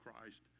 Christ